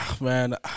Man